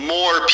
more